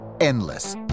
endless